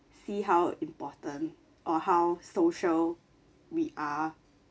see how important or how social we are